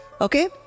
Okay